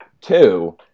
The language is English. Two